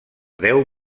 deu